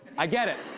i get it.